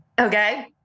Okay